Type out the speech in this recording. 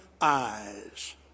eyes